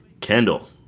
Kendall